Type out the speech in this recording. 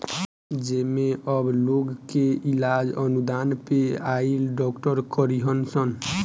जेमे अब लोग के इलाज अनुदान पे आइल डॉक्टर करीहन सन